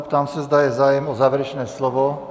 Ptám se, zda je zájem o závěrečné slovo.